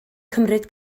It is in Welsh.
cymryd